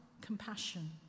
compassion